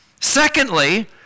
Secondly